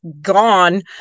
gone